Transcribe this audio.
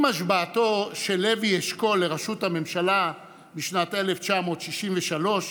ראש הממשלה בנימין